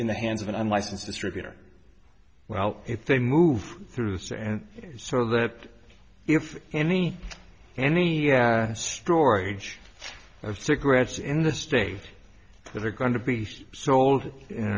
in the hands of an unlicensed distributor well if they move through this and so that if any any storage of cigarettes in the state that are going to be sold in